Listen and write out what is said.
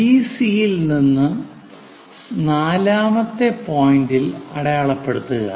V C ഇൽ നിന്നും നാലാമത്തെ പോയിന്റിൽ അടയാളപ്പെടുത്തുക